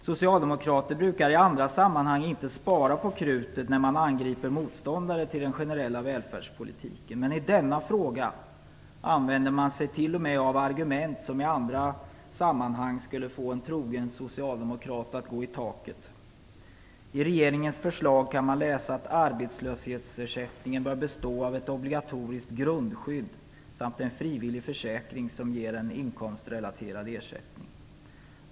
Socialdemokrater brukar i andra sammanhang inte spara på krutet när man angriper motståndare till den generella välfärdspolitiken, men i denna fråga använder man sig t.o.m. av argument som i andra sammanhang skulle få en trogen socialdemokrat att gå i taket. I regeringens förslag kan man läsa att arbetslöshetsersättningen bör bestå av ett obligatoriskt grundskydd samt en frivillig försäkring som ger en inkomstrelaterad ersättning.